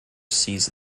seize